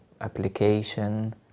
application